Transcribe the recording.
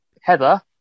Heather